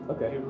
Okay